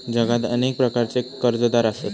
जगात अनेक प्रकारचे कर्जदार आसत